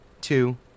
two